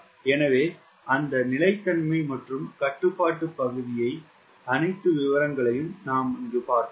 எனவே அந்த நிலைத்தன்மை மற்றும் கட்டுப்பாட்டு பகுதி stability control part விவரங்கள் அனைத்தையும் நாம் அங்கு பார்ப்போம்